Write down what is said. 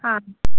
हां